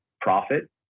profit